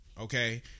Okay